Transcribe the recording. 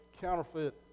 counterfeit